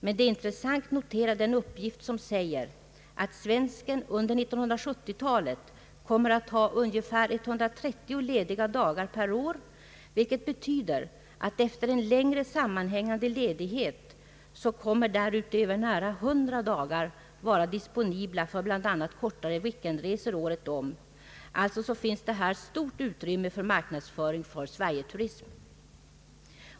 Men det är intressant att notera en uppgift att svensken under 1970-talet kommer att ha ungefär 130 lediga dagar per år, vilket betyder att efter en längre sammanhängande ledighet kommer närmare 100 dagar att vara disponibla för bl.a. kortare weekendresor året om. Det finns alltså här stort utrymme för marknadsföring av Sverigeturism.